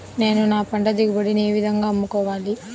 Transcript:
నేను నా పంట దిగుబడిని ఏ విధంగా అమ్ముకోవాలి?